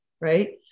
right